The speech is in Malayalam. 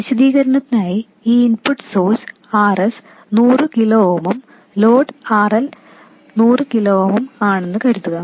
വിശദീകരണത്തിനായി ഈ ഇൻപുട്ട് സോഴ്സ് Rs നൂറു കിലോ ഓമും ലോഡ് RL ഉം നൂറു കിലോ ഓം ആണെന്ന് കരുതുക